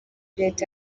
leta